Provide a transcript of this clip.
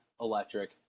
electric